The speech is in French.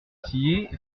tillet